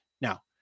Now